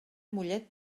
mollet